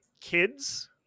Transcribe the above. kids